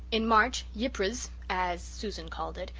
in march yiprez, as susan called it,